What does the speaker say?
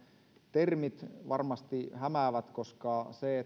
termit varmasti hämäävät koska se että